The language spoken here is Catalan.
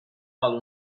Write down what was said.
val